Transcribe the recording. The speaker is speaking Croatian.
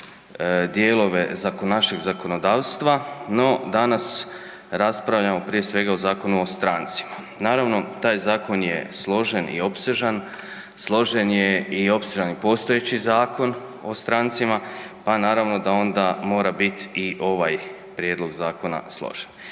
dijelove našeg zakonodavstva, no danas raspravljamo prije svega o Zakonu o strancima. Naravno taj zakon je složen i opsežan, složen je i opsežan i postojeći Zakon o strancima, pa naravno da onda mora bit i ovaj prijedlog zakona složen.